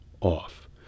off